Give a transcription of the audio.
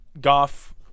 goff